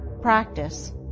practice